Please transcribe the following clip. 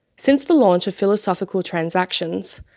since the launch of philosophical transactions,